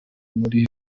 muri